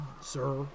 sir